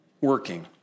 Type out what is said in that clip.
working